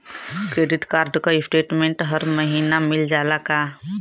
Credit card क statement हर महिना मिल जाला का?